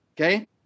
okay